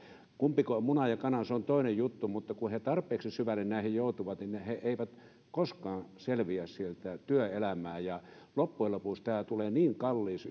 kumpiko oli ensin muna vai kana se on toinen juttu mutta kun he tarpeeksi syvälle näihin joutuvat niin he eivät koskaan selviä sieltä työelämään ja loppujen lopuksi tämä tulee niin kalliiksi